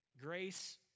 Grace